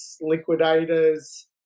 liquidators